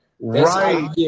Right